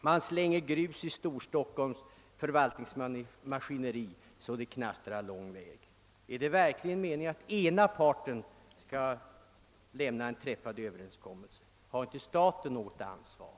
Man slänger grus i Storstockholms = förvaltningsmaskineri så det knastrar lång väg. Är det verkligen meningen att den ena parten skall kunna gå ifrån en träffad överenskommelse? Har inte staten något ansvar?